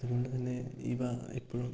അതുകൊണ്ടുതന്നെ ഇവ എപ്പോഴും